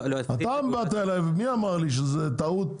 אתה באת אליי ו מי אמר לי שזו טעות